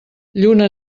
lluna